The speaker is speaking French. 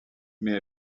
mais